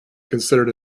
considered